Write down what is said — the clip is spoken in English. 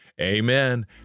Amen